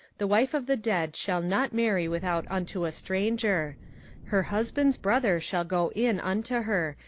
the wife of the dead shall not marry without unto a stranger her husband's brother shall go in unto her,